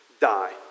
die